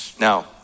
Now